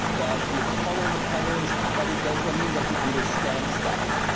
that you follow the patterns but it does not mean that you understand stuff.